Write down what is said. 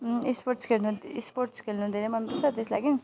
sports खेल्नु sports खेल्नु धेरै मनपर्छ त्यस लागि